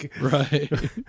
right